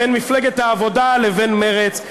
בין מפלגת העבודה לבין מרצ,